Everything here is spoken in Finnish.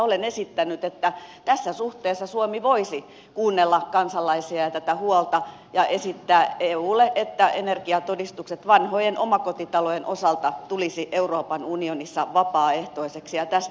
olen esittänyt että tässä suhteessa suomi voisi kuunnella kansalaisia ja tätä huolta ja esittää eulle että energiatodistukset vanhojen omakotitalojen osalta tulisivat euroopan unionissa vapaaehtoisiksi